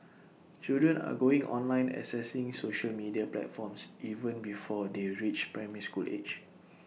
children are going online accessing social media platforms even before they reach primary school age